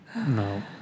No